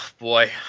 boy